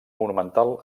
monumental